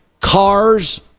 Cars